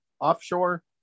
Offshore